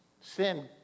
sin